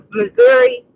missouri